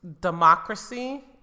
democracy